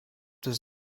his